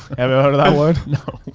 ever heard of that word? no.